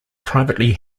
privately